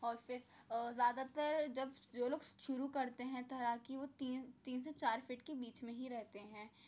اور پھر زیادہ تر جب جو لوگ شروع کرتے ہیں تیراکی وہ تین سے چار فٹ کے بیچ میں ہی رہتے ہیں